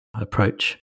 approach